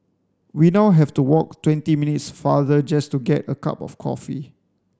we now have to walk twenty minutes farther just to get a cup of coffee